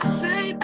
say